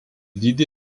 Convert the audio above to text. dydį